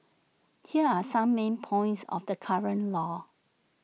here are some main points of the current law